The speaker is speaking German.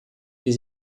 die